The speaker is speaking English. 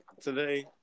today